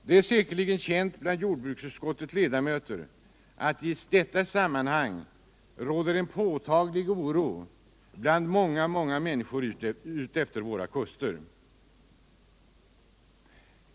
Det är dock säkerligen känt bland jordbruksutskottets ledamöter att det i detta sammanhang råder en påtaglig oro bland många människor utefter våra kuster.